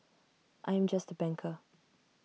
I am just A banker